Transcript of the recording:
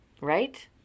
Right